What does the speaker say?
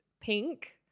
pink